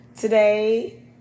today